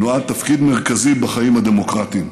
נועד תפקיד מרכזי בחיים הדמוקרטיים,